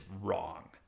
wrong